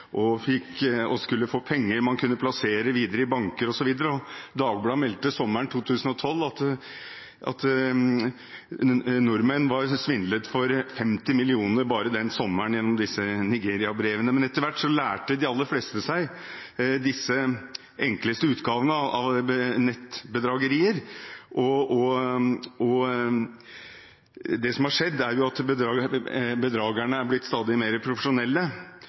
og man skulle få penger man kunne plassere videre i banker osv. Dagbladet meldte sommeren 2012 at nordmenn var svindlet for 50 mill. kr bare den sommeren gjennom disse Nigeria-brevene. Men etter hvert lærte de aller fleste hva disse enkleste utgavene av nettbedragerier var, og det som har skjedd, er at bedragerne har blitt stadig mer profesjonelle